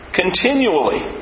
continually